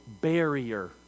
barrier